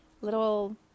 little